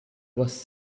was